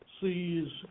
sees